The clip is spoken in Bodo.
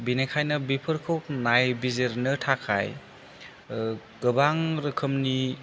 बिनिखायनो बेफोरखौ नाय बिजिरनो थाखाय गोबां रोखोमनि